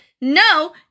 no